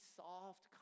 soft